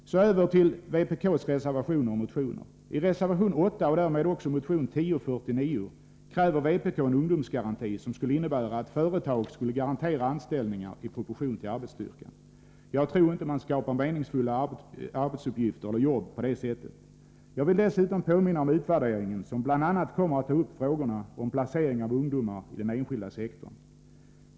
Så över till vpk:s reservationer och motioner. I reservation 8, som bygger på motion 1049, kräver vpk en ungdomsgaranti, som skulle innebära att företag skulle garantera anställningar i proportion till arbetsstyrkan. Jag tror inte att man skapar meningsfulla arbetsuppgifter på det sättet. Jag vill dessutom påminna om utvärderingen, som bl.a. kommer att ta upp frågorna om placering av ungdomar i den enskilda sektorn.